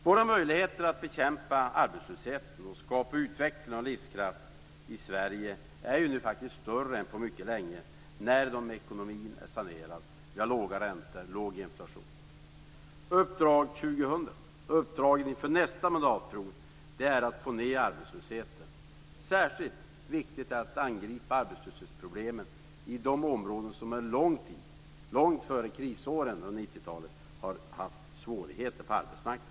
Våra möjligheter att bekämpa arbetslösheten och skapa utveckling och livskraft i Sverige är nu faktiskt större än på mycket länge när ekonomin är sanerad. Vi har låga räntor och låg inflation. Uppdrag 2000 inför nästa mandatperiod är att få ned arbetslösheten. Särskilt viktigt är det att man angriper arbetslöshetsproblemen i de områden som under lång tid, långt före krisåren under 90-talet, har haft svårigheter på arbetsmarknaden.